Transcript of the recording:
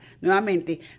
Nuevamente